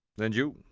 and you?